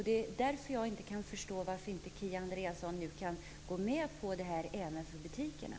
Därför kan jag inte förstå varför Kia Andreasson inte kan gå med på det här även för butikerna.